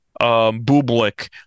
Bublik